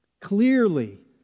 Clearly